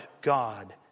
God